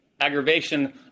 aggravation